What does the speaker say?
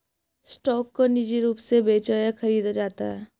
stock को निजी रूप से बेचा या खरीदा जाता है